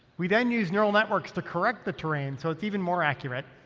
we then use neural networks to correct the terrain, so it's even more accurate.